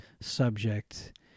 subject